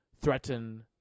threaten